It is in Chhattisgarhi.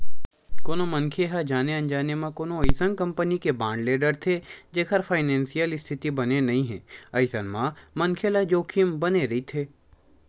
कोनो मनखे ह जाने अनजाने म कोनो अइसन कंपनी के बांड ले डरथे जेखर फानेसियल इस्थिति बने नइ हे अइसन म मनखे ल जोखिम बने रहिथे